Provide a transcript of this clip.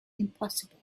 impossible